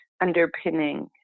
underpinning